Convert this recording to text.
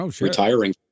retiring